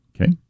Okay